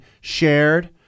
shared